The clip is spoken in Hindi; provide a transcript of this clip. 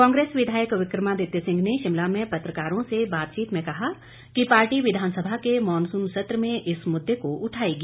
कांग्रेस विधायक विक्रमादित्य सिंह ने शिमला में पत्रकारों से बातचीत में कहा कि पार्टी विधानसभा के मॉनसून सत्र में इस मुद्दे को उठाएगी